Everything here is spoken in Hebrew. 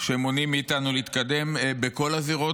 שמונעים מאיתנו להתקדם בכל הזירות,